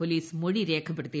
police മൊഴി രേഖപ്പെടുത്തി